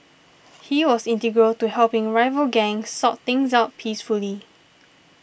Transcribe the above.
he was integral to helping rival gangs sort things out peacefully